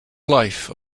life